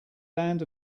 land